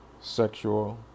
sexual